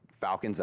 Falcons